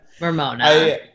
ramona